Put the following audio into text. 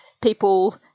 people